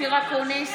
אופיר אקוניס,